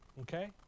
Okay